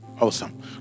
Awesome